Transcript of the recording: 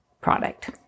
product